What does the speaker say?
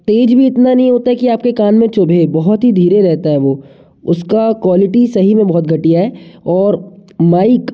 तेज भी इतना नहीं होता है कि आपके कान में चुभे बहुत ही धीरे रहता है वो उसका क्वालिटी सही में बहुत घटिया है और माइक